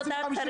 נותנים